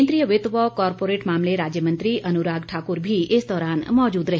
केन्द्रीय वित्त व कॉरपोरेट मामले राज्य मंत्री अनुराग ठाकुर भी इस दौरान मौजूद रहे